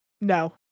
no